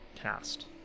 cast